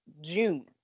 June